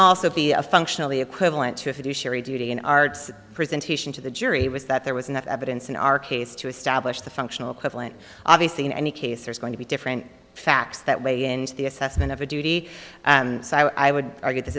also be a functionally equivalent to a fiduciary duty an arts presentation to the jury was that there was enough evidence in our case to establish the functional equivalent obviously in any case there's going to be different facts that way and the assessment of a duty and so i would argue this